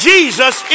Jesus